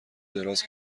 دراز